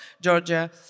Georgia